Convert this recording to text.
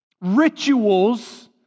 rituals